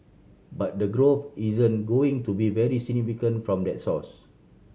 but the growth isn't going to be very significant from that source